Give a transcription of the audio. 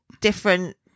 different